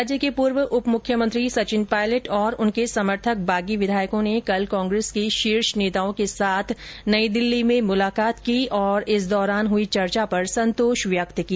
राज्य के पूर्व उपमुख्यमंत्री सचिन पायलट तथा उनके समर्थक बागी विधायकों ने कल कांग्रेस के शीर्ष नेताओं के साथ नई दिल्ली में मुलाकात की और इस दौरान हुई चर्चा पर संतोष व्यक्त किया